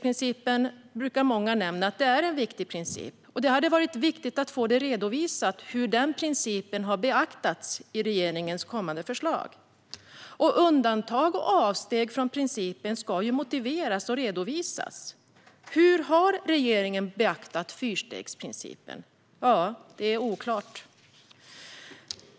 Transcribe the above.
Många brukar nämna att denna fyrstegsprincip är viktig, och det hade varit viktigt att få redovisat hur denna princip har beaktats i regeringens kommande förslag. Undantag och avsteg från denna princip ska ju motiveras och redovisas. Hur har regeringen beaktat fyrstegsprincipen? Det är oklart.